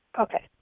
Okay